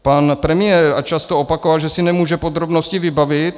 Pan premiér často opakoval, že si nemůže podrobnosti vybavit.